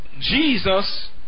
Jesus